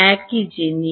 একই জিনিস